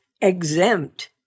exempt